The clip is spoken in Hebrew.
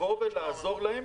לעזור להם.